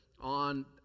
on